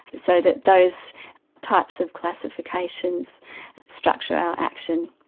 so that those types of classifications structure are action.